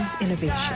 innovation